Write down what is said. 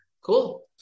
Cool